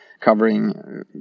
covering